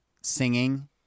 singing